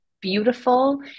beautiful